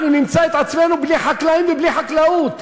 אנחנו נמצא את עצמנו בלי חקלאים ובלי חקלאות.